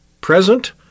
present